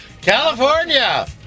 California